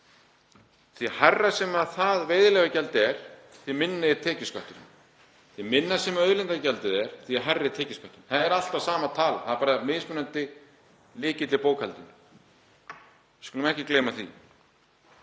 því hærra sem það veiðileyfagjald er, því minni tekjuskatturinn, því minna sem auðlindagjaldið er því hærri tekjuskattur. Það er alltaf sama tala, það er bara mismunandi lykill í bókhaldinu. Við skulum ekki gleyma því.